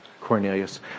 Cornelius